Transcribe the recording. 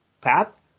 path